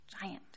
Giant